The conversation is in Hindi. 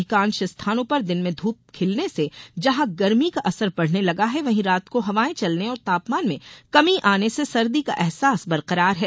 अधिकांश स्थानों पर दिन में ध्रप खिलने से जहां गर्मी का असर बढ़ने लगा है वहीं रात को हवायें चलने और तापमान में कमी आने से सर्दी का अहसास बरकरार है